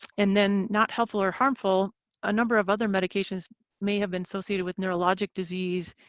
and then not helpful or harmful a number of other medications may have been associated with neurologic disease.